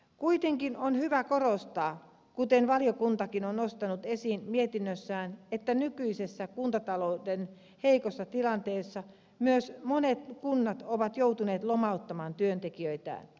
kuitenkin on hyvä korostaa kuten valiokuntakin on nostanut esiin mietinnössään että nykyisessä kuntatalouden heikossa tilanteessa myös monet kunnat ovat joutuneet lomauttamaan työntekijöitään